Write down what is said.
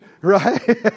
right